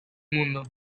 mundo